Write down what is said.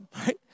right